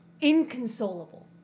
inconsolable